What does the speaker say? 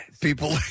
People